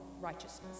righteousness